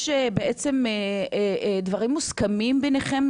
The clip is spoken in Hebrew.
יש בעצם דברים מוסכמים ביניכם?